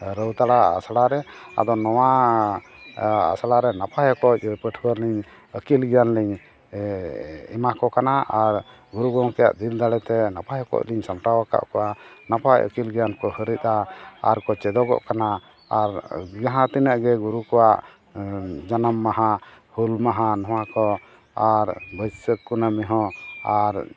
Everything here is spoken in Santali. ᱨᱟᱹᱣᱛᱟᱲᱟ ᱟᱥᱲᱟᱨᱮ ᱟᱫᱚ ᱱᱚᱣᱟ ᱟᱥᱲᱟᱨᱮ ᱱᱟᱯᱟᱭ ᱚᱠᱚᱡ ᱯᱟᱹᱴᱷᱩᱣᱟᱹᱞᱤᱧ ᱟᱹᱠᱤᱞ ᱜᱮᱭᱟᱱᱞᱤᱧ ᱮᱢᱟᱠᱚ ᱠᱟᱱᱟ ᱜᱩᱨᱩ ᱜᱚᱢᱠᱮᱭᱟᱜ ᱫᱤᱞᱫᱟᱲᱮᱛᱮ ᱱᱟᱯᱟᱭ ᱚᱠᱚᱡᱞᱤᱧ ᱥᱟᱢᱴᱟᱣ ᱟᱠᱟᱜ ᱠᱚᱣᱟ ᱱᱟᱯᱟᱭ ᱟᱹᱠᱤᱞ ᱜᱮᱭᱟᱱᱠᱚ ᱦᱟᱹᱨᱫᱟ ᱟᱨ ᱠᱚ ᱪᱮᱫᱚᱜᱚᱜ ᱠᱟᱱᱟ ᱟᱨ ᱡᱟᱦᱟᱸ ᱛᱤᱱᱟᱹᱜ ᱜᱮ ᱜᱩᱨᱩ ᱠᱚᱣᱟᱜ ᱡᱟᱱᱟᱢ ᱢᱟᱦᱟ ᱦᱩᱞ ᱢᱟᱦᱟ ᱱᱚᱣᱟᱠᱚ ᱟᱨ ᱵᱟᱹᱥᱟᱹᱠᱷ ᱠᱩᱱᱟᱹᱢᱤ ᱦᱚᱸ ᱟᱨ